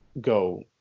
go